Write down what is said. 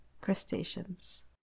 crustaceans